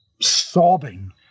sobbing